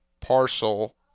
parcel